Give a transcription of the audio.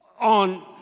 On